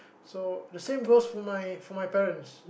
so the same goes for my for my parents